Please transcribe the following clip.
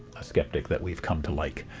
a skeptic that we've come to like,